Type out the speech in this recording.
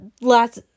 last